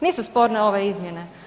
Nisu sporne ove izmjene.